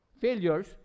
failures